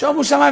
שומו שמים,